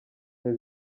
bihe